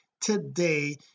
today